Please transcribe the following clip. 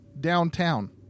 downtown